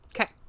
Okay